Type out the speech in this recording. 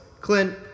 Clint